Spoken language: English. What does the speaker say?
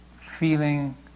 feeling